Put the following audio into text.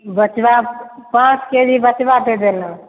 बटुवा purse केरी बटुवा दे देना